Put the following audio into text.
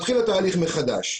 מתחיל התהליך מחדש.